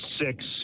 six